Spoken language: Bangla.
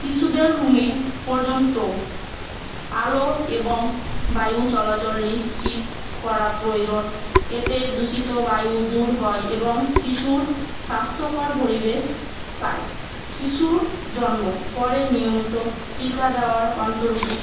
শিশুদের রুমে পর্যন্ত আলো এবং বায়ু চলাচল নিশ্চিত করা প্রয়োজন এতে দূষিত বায়ু দূর হয় এবং শিশু স্বাস্থ্যকর পরিবেশ পায় শিশুর জন্মর পরে নিয়মিত টিকা দেওয়ার অন্তর গুলি